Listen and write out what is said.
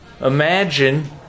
Imagine